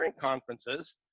conferences